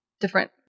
different